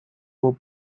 will